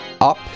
up